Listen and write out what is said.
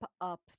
up